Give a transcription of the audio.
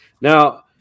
Now